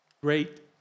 great